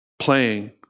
playing